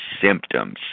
symptoms